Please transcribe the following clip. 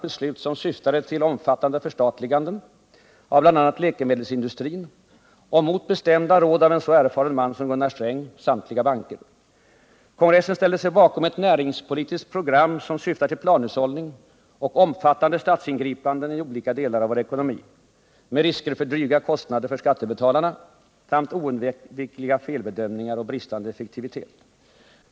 beslut som syftade till omfattande förstatliganden av bl.a. läkemedelsindustrin och — mot bestämda råd av en så erfaren man som Gunnar Sträng — samtliga banker. Kongressen ställde sig bakom ett näringspolitiskt program som syftar till planhushållning och omfattande statsingripanden i olika delar av vår ekonomi, med risker för dryga kostnader för skattebetalarna samt oundvikliga felbedömningar och bristande effektivitet.